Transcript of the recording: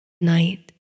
night